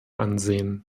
ansehen